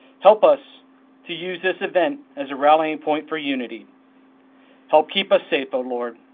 help us to use this event as a rallying point for unity help keep us safe. oh lord,